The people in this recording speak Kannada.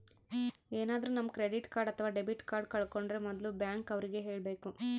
ಏನಾದ್ರೂ ನಮ್ ಕ್ರೆಡಿಟ್ ಕಾರ್ಡ್ ಅಥವಾ ಡೆಬಿಟ್ ಕಾರ್ಡ್ ಕಳ್ಕೊಂಡ್ರೆ ಮೊದ್ಲು ಬ್ಯಾಂಕ್ ಅವ್ರಿಗೆ ಹೇಳ್ಬೇಕು